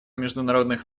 международных